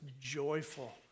Joyful